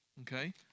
okay